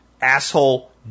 asshole